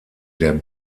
der